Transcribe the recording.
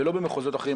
ולא במחוזות אחרים,